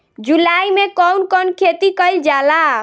जुलाई मे कउन कउन खेती कईल जाला?